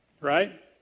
Right